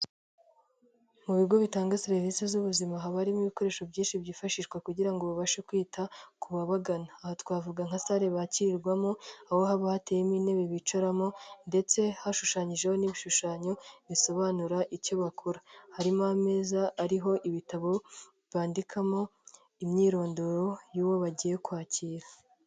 Mu bigo bitanga serivisi z'ubuzima haba harimo ibikoresho byinshi byifashishwa kugira babashe kwita kubabagana, aha twavuga nka sare bakirirwamo, aho haba hateyemo intebe bicaramo ndetse hashushanyijeho n'ibishushanyo bisobanura icyo bakora, harimo ameza ariho ibitabo bandikamo imyirondoro y'uwo bagiye kwakira.